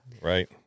Right